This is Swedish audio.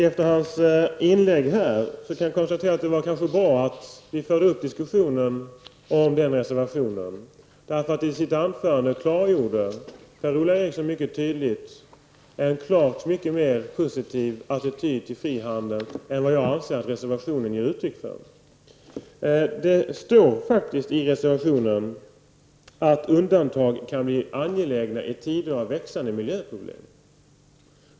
Efter hans inlägg kan jag konstatera att det kanske var bra att vi tog upp diskussionen om den reservationen. I sitt anförande klargjorde Per-Ola Eriksson mycket tydligt en mycket mer positiv attityd till frihandeln än vad jag anser att reservationen ger uttryck för. Det står faktiskt i reservationen att undantag kan bli angelägna i tider av växande miljöproblem.